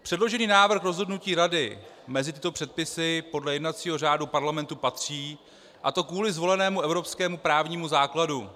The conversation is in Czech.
Předložený návrh rozhodnutí Rady mezi tyto předpisy podle jednacího řádu Parlamentu patří, a to kvůli zvolenému evropskému právnímu základu.